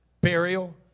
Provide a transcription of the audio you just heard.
burial